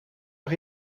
nog